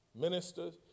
ministers